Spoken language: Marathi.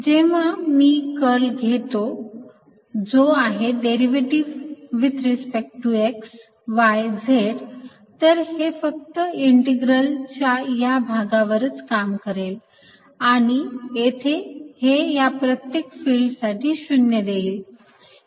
जेव्हा मी कर्ल घेतो जो आहे derivative with respect to x y z तर हे फक्त इंटिग्रल च्या या भागावरच काम करेल आणि येथे हे या प्रत्येक फिल्डसाठी 0 देईल